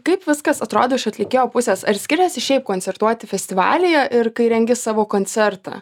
kaip viskas atrodo iš atlikėjo pusės ar skiriasi šiaip koncertuoti festivalyje ir kai rengi savo koncertą